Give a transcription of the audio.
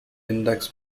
index